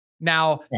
Now